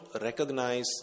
recognize